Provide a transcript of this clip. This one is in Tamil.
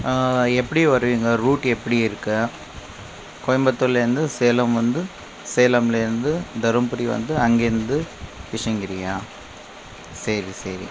எப்படி வருவீங்க ரூட் எப்படி இருக்கு கோயம்புத்தூர்லேருந்து சேலம் வந்து சேலம்லேருந்து தருமபுரி வந்து அங்கேயிருந்து கிருஷ்ணகிரியா சரி சரி